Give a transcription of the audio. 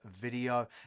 video